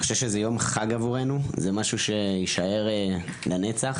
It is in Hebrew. זה יום חג, משהו שיישאר לנצח.